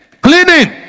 cleaning